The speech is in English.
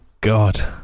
God